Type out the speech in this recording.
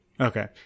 Okay